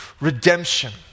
redemption